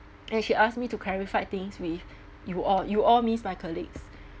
and she ask me to clarified things with you all you all means my colleagues